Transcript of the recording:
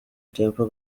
temple